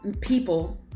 people